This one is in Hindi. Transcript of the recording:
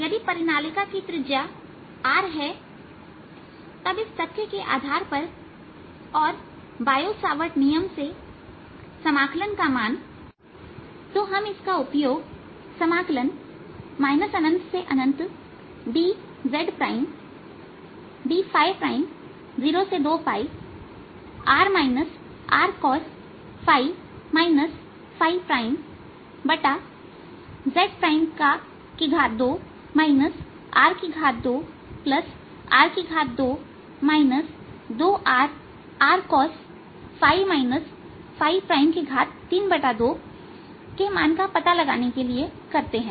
यदि परिनालिका की त्रिज्या R हैतब इस तथ्य के आधार पर और बायो सावर्ट नियम से समाकलन का मान तो हम इसका उपयोग ∞ dz02 d R rcos z 2 R2r2 2rRcos 32के मान का पता लगाने के लिए करते हैं